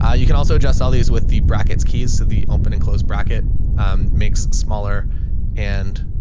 ah you can also adjust all these with the brackets, keys to the open and closed bracket makes smaller and